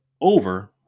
over